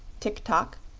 tik-tok,